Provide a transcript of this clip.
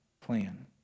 plan